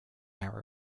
hour